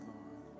Lord